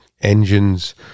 engines